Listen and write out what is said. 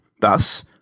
Thus